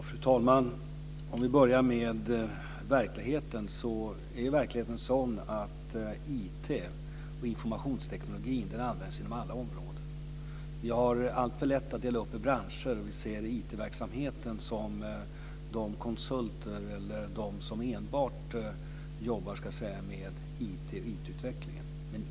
Fru talman! Vi börjar med verkligheten. Verkligheten är sådan att IT - informationsteknik - används inom alla områden. Vi har alltför lätt att dela upp i branscher, och vi ser IT-verksamheten som de konsulter eller de som enbart jobbar med IT utvecklingen.